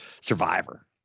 Survivor